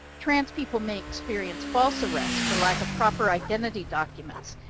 trans people may experience false arrest for lack of proper identity documents.